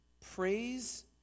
praise